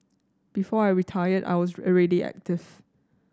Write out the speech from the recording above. before I retired I was already active